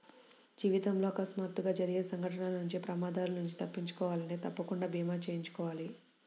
జీవితంలో అకస్మాత్తుగా జరిగే సంఘటనల నుంచి ప్రమాదాల నుంచి తప్పించుకోవాలంటే తప్పకుండా భీమా చేయించుకోవాలి